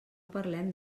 parlem